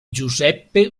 giuseppe